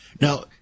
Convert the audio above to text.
Now